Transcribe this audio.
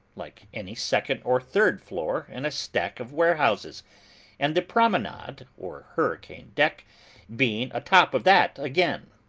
like any second or third floor in a stack of warehouses and the promenade or hurricane-deck being a-top of that again.